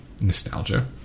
nostalgia